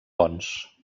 bons